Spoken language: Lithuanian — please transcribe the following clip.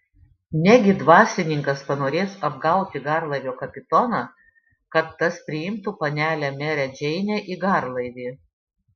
negi dvasininkas panorės apgauti garlaivio kapitoną kad tas priimtų panelę merę džeinę į garlaivį